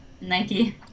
Nike